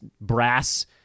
brass